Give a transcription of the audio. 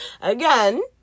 again